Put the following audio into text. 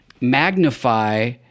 magnify